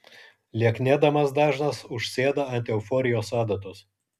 lieknėdamas dažnas užsėda ant euforijos adatos